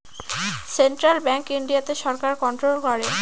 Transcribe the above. central bank ইন্ডিয়াতে সরকার control করে